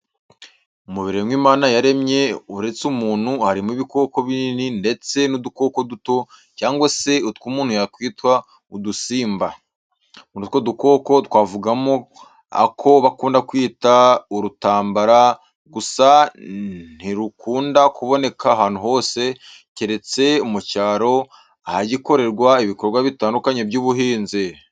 Mu biremwa Imana yaremye uretse umuntu harimo ibikoko binini ndetse n'udukoko duto cyangwa se utwo umuntu yakwita udusimba. Muri utwo dukoko twavugamo ako bakunda kwita urutambara gusa ntirukunda kuboneka ahantu hose keretse mu cyaro ahagikorerwa ibikorwa bitandukanye by'ubuhinzi.